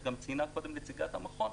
שגם ציינה קודם נציגת המכון,